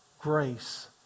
Grace